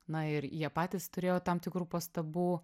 na ir jie patys turėjo tam tikrų pastabų